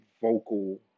vocal